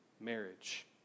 marriage